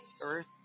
Earth